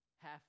half